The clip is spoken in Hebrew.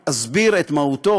בריפוי פצעי הווה.